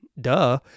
duh